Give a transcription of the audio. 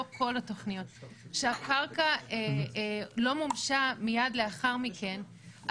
כל התוכניות שהקרקע לא מומשה מיד לאחר מכן,